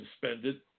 suspended